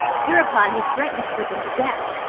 hereupon he threatened to put them to death,